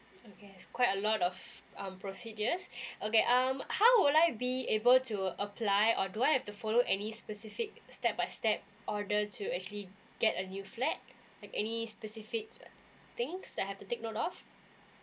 okay it's quite a lot of um proceedures okay um how would I be able to apply or do I have to follow any specific step by step order to actually get a new flat like any specific things that I have to take note of